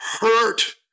hurt